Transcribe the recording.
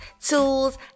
tools